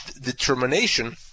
determination